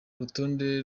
urutonde